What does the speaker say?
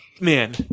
Man